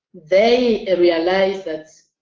they ah realize that